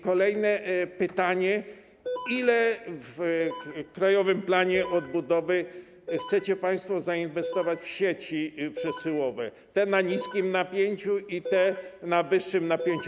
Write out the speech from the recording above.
Kolejne pytanie, ile w Krajowym Planie Odbudowy chcecie państwo zainwestować w sieci przesyłowe, te o niskim napięciu i te o wyższym napięciu?